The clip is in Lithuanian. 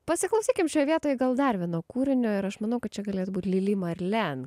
pasiklausykim šioj vietoj gal dar vieno kūrinio ir aš manau kad čia galės būt lilim arlen